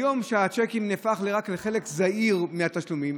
כיום, כשהצ'קים נהפכו לחלק זעיר מהתשלומים,